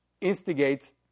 instigates